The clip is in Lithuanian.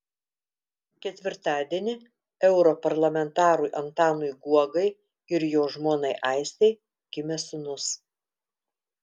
ketvirtadienį europarlamentarui antanui guogai ir jo žmonai aistei gimė sūnus